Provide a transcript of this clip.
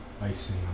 icing